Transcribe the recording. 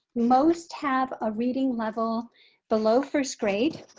most have a reading level below first grade.